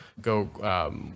go